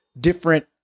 different